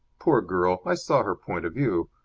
poor girl, i saw her point of view.